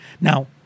Now